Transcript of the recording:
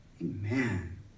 Amen